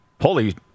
Holy